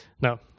no